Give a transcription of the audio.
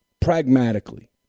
pragmatically